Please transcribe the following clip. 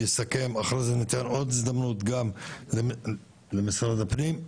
הוא יסכם ואחרי זה ניתן עוד הזדמנות גם למשרד הפנים.